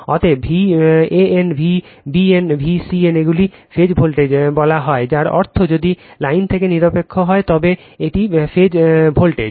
অতএব VAN VBN VCN এগুলিকে phase voltage বলা হয় যার অর্থ যদি লাইন থেকে নিরপেক্ষ হয় তবে এটি ফেজ ভোল্টেজ